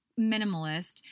minimalist